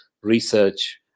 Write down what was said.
research